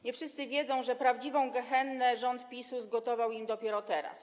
Nie wszyscy wiedzą, że prawdziwą gehennę rząd PiS-u zgotował im dopiero teraz.